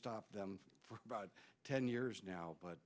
stopped for about ten years now but